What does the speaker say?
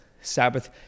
Sabbath